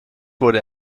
wurde